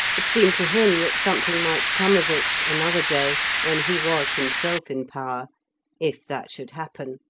it seemed to him that something might come of it, another day, when he was himself in power if that should happen.